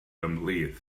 ymhlith